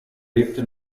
lebte